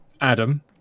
Adam